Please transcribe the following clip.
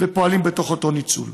ופועלים בתוך אותו ניצול.